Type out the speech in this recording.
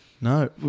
No